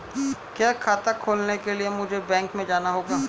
क्या खाता खोलने के लिए मुझे बैंक में जाना होगा?